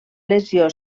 lesió